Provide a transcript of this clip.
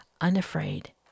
unafraid